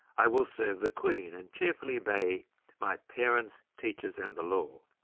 i will serve the queen, and cheerfully obey my parents teachers and the law.